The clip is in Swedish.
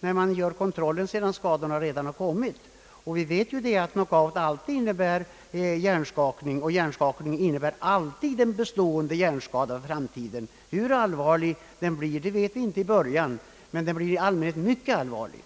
man gör kontroHMeif>setråk skadorna redan har uppkomhttl2Vilvet att knock out alltid innebär” Bjärfskare ning. Hjärnskakning innebär alltid en bestående hjärnskada för framtiden. Hur allvarlig den blir, vet vi inte i början, men den blir i allmänhet mycket allvarlig.